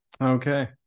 Okay